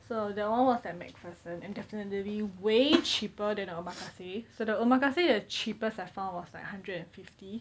so that [one] was at macpherson and definitely way cheaper than omakase so the omakase the cheapest I found was like hundred and fifty